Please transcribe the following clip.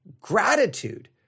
gratitude